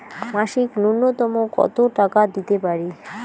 মাসিক নূন্যতম কত টাকা দিতে পারি?